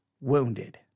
wounded